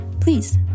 Please